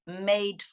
made